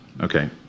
Okay